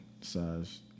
Size